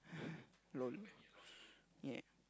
lol yeah